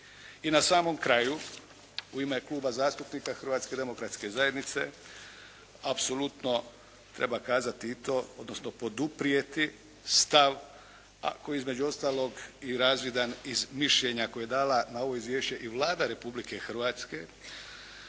I na samom kraju u ime Kluba zastupnika Hrvatske demokratske zajednice apsolutno treba kazati i to, odnosno poduprijeti stav koji je između ostalog i razvidan iz mišljenja koje je dala na ovo izvješće i Vlada Republike Hrvatske.